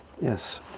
Yes